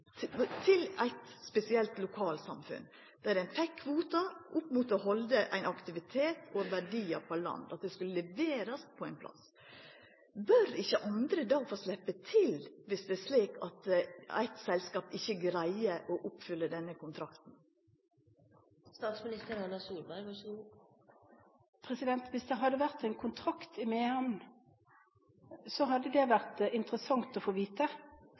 aktivitet for verdiar på land. Det skulle leverast på ein plass. Bør ikkje andre få sleppa til viss det er slik at eitt selskap ikkje greier å oppfylla denne kontrakten? Hvis det hadde vært en kontrakt i Mehamn, hadde det vært interessant å få vite,